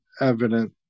evident